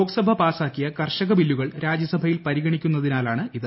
ലോക്സഭ പാസാക്കിയ കർഷക ബില്ലുകൾ ഇന്ന് രാജ്യസ്ട്രിൽ പരിഗണിക്കുന്നതിനാലാണിത്